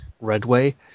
Redway